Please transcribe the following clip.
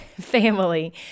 family